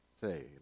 say